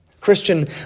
Christian